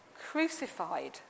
crucified